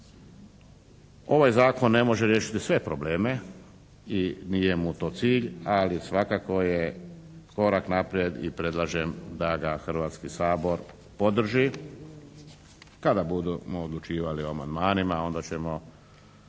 Ovaj Zakon ne može riješiti sve probleme i nije mu to cilj, ali svakako je korak naprijed i predlažem da ga Hrvatski sabor podrži kada budemo odlučivali o amandmanima onda ćemo